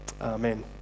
Amen